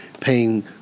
paying